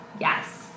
Yes